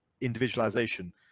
individualization